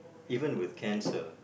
even with cancer